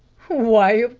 why,